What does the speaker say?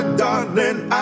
darling